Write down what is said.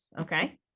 okay